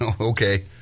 okay